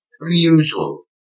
unusual